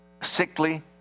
sickly